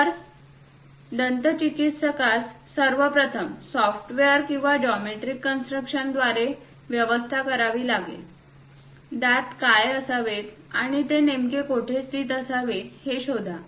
तर दंतचिकित्सकास सर्वप्रथम सॉफ्टवेअर किंवा जॉमेट्रिक कन्स्ट्रक्शनद्वारे व्यवस्था करावी लागेल दात काय असावेत आणि ते नेमके कोठे स्थित असावे हे शोधा